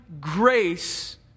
grace